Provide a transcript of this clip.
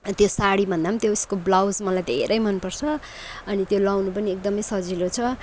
त्यो सारीभन्दा पनि त्यसको ब्लाउज मलाई धेरै मन पर्छ अनि त्यो लगाउनु पनि एकदमै सजिलो छ